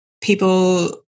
people